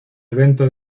evento